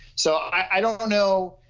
so i don't know